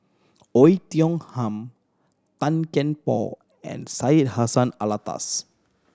Oei Tiong Ham Tan Kian Por and Syed Hussein Alatas